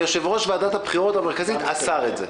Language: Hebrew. ------ יושב-ראש ועדת הבחירות המרכזית אסר את זה.